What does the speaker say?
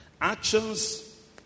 Actions